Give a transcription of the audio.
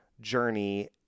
journey